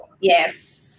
Yes